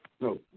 No